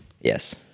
Yes